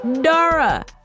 Dara